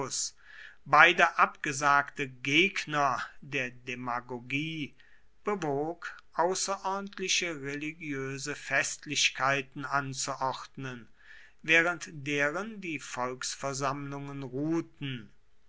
beide abgesagte gegner der demagogie bewog außerordentliche religiöse festlichkeiten anzuordnen während deren die volksversammlungen ruhten